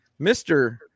Mr